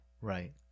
right